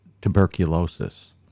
tuberculosis